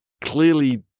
clearly